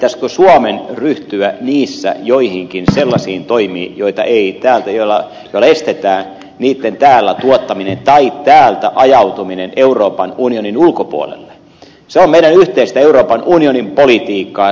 se pitäisikö suomen ryhtyä joihinkin sellaisiin toimiin joilla estetään niitten täällä tuottaminen tai täältä ajautuminen euroopan unionin ulkopuolelle on meidän yhteistä euroopan unionin politiikkaa